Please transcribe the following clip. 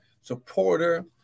supporter